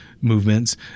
movements